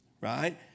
right